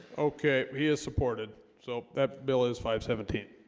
okay, he is supported so that bill is five seventeen